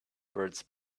birds